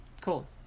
cool